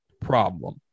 problem